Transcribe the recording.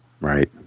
right